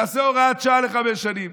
נעשה הוראת שעה לחמש שנים.